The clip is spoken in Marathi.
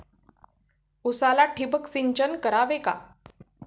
उसाला ठिबक सिंचन करावे का?